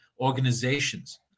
organizations